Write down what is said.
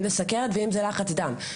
אם זה סוכרת ואם זה לחץ דם.